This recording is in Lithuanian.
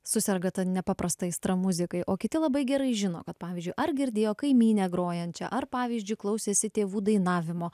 suserga ta nepaprasta aistra muzikai o kiti labai gerai žino kad pavyzdžiui ar girdėjo kaimynę grojančią ar pavyzdžiui klausėsi tėvų dainavimo